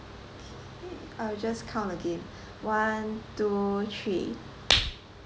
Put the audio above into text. okay I'll just count again one two three